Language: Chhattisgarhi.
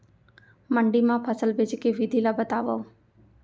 मंडी मा फसल बेचे के विधि ला बतावव?